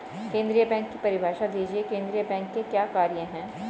केंद्रीय बैंक की परिभाषा दीजिए केंद्रीय बैंक के क्या कार्य हैं?